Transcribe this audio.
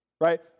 Right